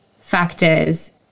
factors